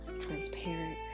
transparent